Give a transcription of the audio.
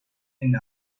and